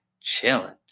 chilling